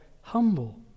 humble